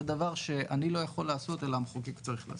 זה דבר שאני לא יכול לעשות אלא המחוקק צריך לעשות.